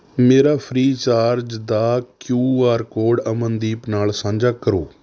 ਮੇਰਾ ਫ੍ਰੀਚਾਰਜ ਦਾ Q R code Amandeep ਨਾਲ ਸਾਂਝਾ ਕਰੋ